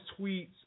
tweets